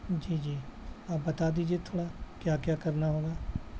جی جی آپ بتا دیجیے تھوڑا کیا کیا کرنا ہوگا